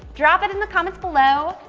drop it in the comments below,